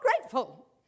grateful